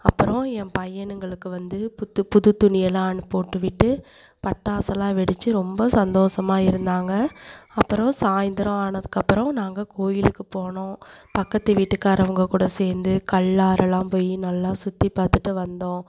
அப்புறோம் என் பையனுங்களுக்கு வந்து புத்து புது துணியலாம் போட்டு விட்டு பட்டாசுலாம் வெடிச்சு ரொம்ப சந்தோசமாக இருந்தாங்க அப்புறோம் சாய்ந்தரம் ஆனதுக்கப்புறோம் நாங்கள் கோயிலுக்கு போனோம் பக்கத்து வீட்டுக்காரவங்க கூட சேர்ந்து கல்லாறலாம் போய் நல்லா சுற்றிப் பார்த்துட்டு வந்தோம்